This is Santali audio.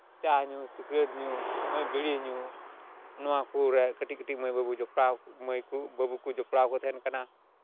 ᱪᱟ ᱧᱩ ᱥᱤᱠᱨᱮᱴ ᱧᱩ ᱵᱤᱲᱤ ᱧᱩ ᱱᱚᱣᱟ ᱠᱚᱨᱮᱜ ᱠᱟᱹᱴᱤᱡ ᱠᱟᱹᱴᱤ ᱢᱟᱹᱭᱼᱵᱟᱹᱵᱩ ᱡᱚᱯᱲᱟᱣ ᱢᱟᱹᱭ ᱠᱚ ᱵᱟᱹᱵᱩ ᱠᱚ ᱡᱚᱯᱲᱟᱣ ᱠᱚ ᱛᱟᱦᱮᱱ ᱠᱟᱱᱟ